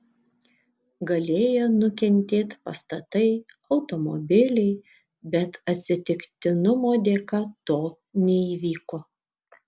galėjo nukentėt pastatai automobiliai bet atsitiktinumo dėka to neįvyko